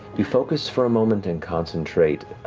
you focus for a moment and concentrate,